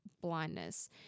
blindness